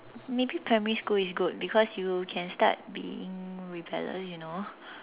maybe primary school is good because you can start being rebellious you know